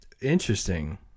interesting